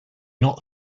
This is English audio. not